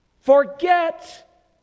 forget